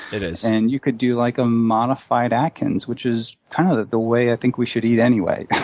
it is. and you could do like a modified atkins, which is kind of the way i think we should eat anyway,